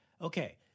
okay